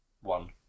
One